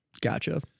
Gotcha